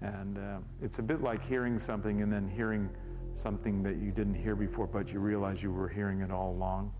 and it's a bit like hearing something and then hearing something that you didn't hear before but you realize you were hearing it all along